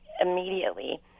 immediately